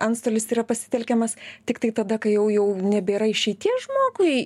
antstolis yra pasitelkiamas tiktai tada kai jau jau nebėra išeities žmogui